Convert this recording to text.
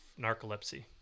narcolepsy